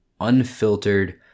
unfiltered